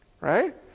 right